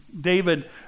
David